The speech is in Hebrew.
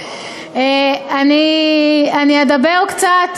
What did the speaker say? אני אדבר קצת